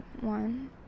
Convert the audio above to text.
one